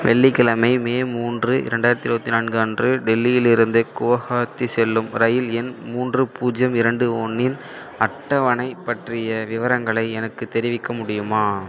வெள்ளிக்கிழமை மே மூன்று இரண்டாயிரத்தி இருபத்தி நான்கு அன்று டெல்லியிலிருந்து குவஹாத்தி செல்லும் ரயில் எண் மூன்று பூஜ்யம் இரண்டு ஒன்றின் அட்டவணை பற்றிய விவரங்களை எனக்குத் தெரிவிக்க முடியுமா